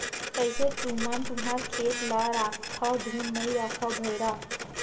कइसे तुमन तुँहर खेत ल राखथँव धुन नइ रखव भइर?